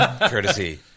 courtesy